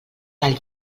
del